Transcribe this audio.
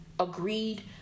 Agreed